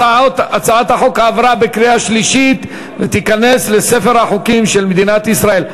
הצעת החוק עברה בקריאה שלישית ותיכנס לספר החוקים של מדינת ישראל.